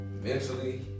mentally